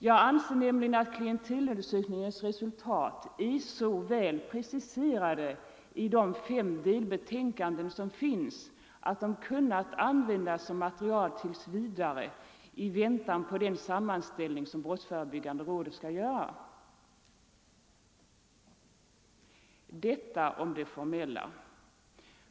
Jag anser nämligen att klientelundersökningens resultat är så väl preciserade i de fem delbetänkanden som finns att de kunde ha använts som material tills vidare i väntan på den sammanställning som brotts förebyggande rådet skall göra. Detta om det formella.